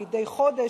מדי חודש,